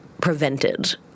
prevented